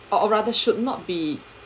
or or rather should not be